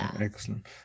excellent